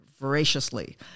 voraciously